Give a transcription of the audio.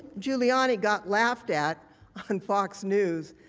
giuliani got laughed at on fox news.